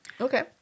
Okay